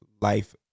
life